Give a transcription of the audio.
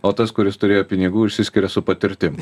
o tas kuris turėjo pinigų išsiskiria su patirtim